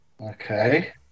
Okay